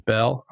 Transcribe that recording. Bell